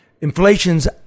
Inflation's